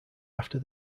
after